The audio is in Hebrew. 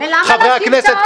חברי הכנסת,